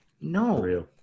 no